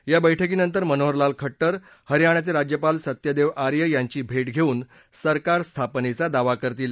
या बैठकीनंतर मनोहरलाल खट्टर हरयाणाचे राज्यपाल सत्यदेव आर्य यांची भेट घेऊन सरकार स्थापनेचा दावा करतील